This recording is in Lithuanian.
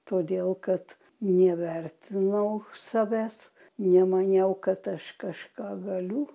todėl kad nevertinau savęs nemaniau kad aš kažką galiu